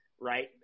right